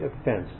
offense